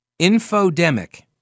Infodemic